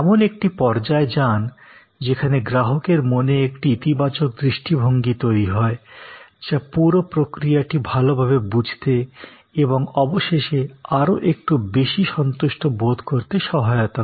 এমন একটি পর্যায়ে যান যেখানে গ্রাহকের মনে একটি ইতিবাচক দৃষ্টিভঙ্গি তৈরী হয় যা পুরো প্রক্রিয়াটি ভালোভাবে বুঝতেএবং অবশেষে আরোএকটু বেশি সন্তুষ্ট বোধ করতে সহায়তা করে